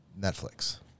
Netflix